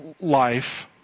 life